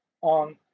on